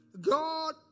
God